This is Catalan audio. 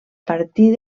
partir